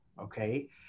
okay